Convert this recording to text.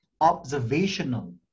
observational